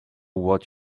what